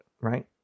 right